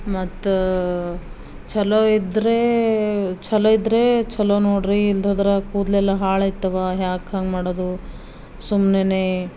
ಮತ್ತೆ ಚಲೋ ಇದ್ದರೆ ಚಲೋ ಇದ್ದರೆ ಚಲೋ ನೋಡ್ರಿ ಇಲ್ಲದ್ರದ ಕೂದಲೆಲ್ಲ ಹಾಳು ಐತವ ಯಾಕೆ ಹಂಗೆ ಮಾಡೋದು ಸುಮ್ಮನೆನೆ